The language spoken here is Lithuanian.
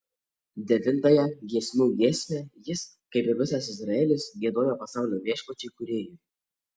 devintąją giesmių giesmę jis kaip ir visas izraelis giedojo pasaulio viešpačiui kūrėjui